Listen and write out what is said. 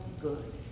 good